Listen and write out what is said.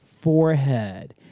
forehead